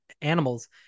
animals